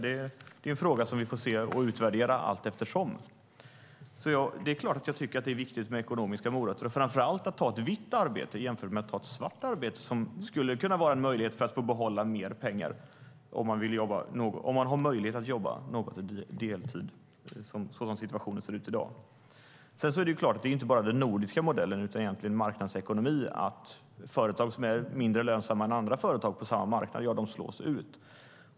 Det är en fråga vi får titta på och utvärdera allteftersom. Det är klart att jag tycker att det är viktigt med ekonomiska morötter, och framför allt att ta ett vitt arbete jämfört med att ta ett svart arbete - vilket skulle kunna vara en möjlighet för att få behålla mer pengar - om man som situationen ser ut i dag har möjlighet att jobba deltid. Sedan är det klart att det inte bara är den nordiska modellen utan egentligen marknadsekonomi: Företag som är mindre lönsamma än andra företag på samma marknad slås ut.